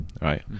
right